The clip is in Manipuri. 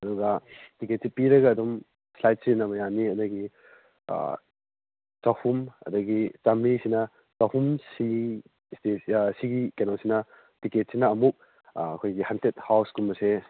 ꯑꯗꯨꯒ ꯇꯤꯛꯀꯦꯠꯁꯦ ꯄꯤꯔꯒ ꯑꯗꯨꯝ ꯁ꯭ꯂꯥꯏꯗ ꯁꯤꯖꯤꯟꯅꯕ ꯌꯥꯅꯤ ꯑꯗꯒꯤ ꯆꯍꯨꯝ ꯑꯗꯒꯤ ꯆꯃꯔꯤꯁꯤꯅ ꯆꯍꯨꯝ ꯁꯤꯒꯤ ꯁ꯭ꯇꯦꯖ ꯁꯤꯒꯤ ꯀꯩꯅꯣꯁꯤꯅ ꯇꯤꯛꯀꯦꯠꯁꯤꯅ ꯑꯃꯨꯛ ꯑꯩꯈꯣꯏꯒꯤ ꯍꯟꯇꯦꯠ ꯍꯥꯎꯁꯀꯨꯝꯕꯁꯦ